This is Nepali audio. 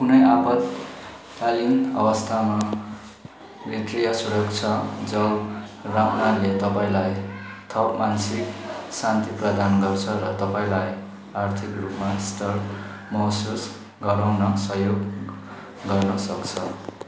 कुनै आपतकालीन अवस्थामा वित्तीय सुरक्षा जाल राख्नाले तपाईँँलाई थप मानसिक शान्ति प्रदान गर्छ र तपाईँँलाई आर्थिक रूपमा स्थिर महसुस गराउन सहयोग गर्न सक्छ